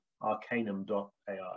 arcanum.ai